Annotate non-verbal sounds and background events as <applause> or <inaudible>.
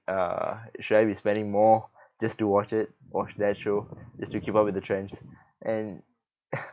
err should I be spending more just to watch it watch that show just to keep up with the trends and <laughs>